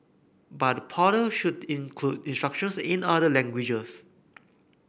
but the portal should include instructions in other languages